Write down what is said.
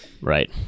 Right